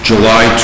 July